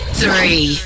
three